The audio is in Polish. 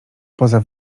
poza